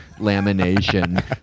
lamination